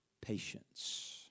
Patience